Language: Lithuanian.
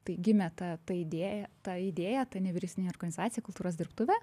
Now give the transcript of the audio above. tai gimė ta ta idėja ta idėja ta nevyriausybinė organizacija kultūros dirbtuvė